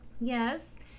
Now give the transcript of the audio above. Yes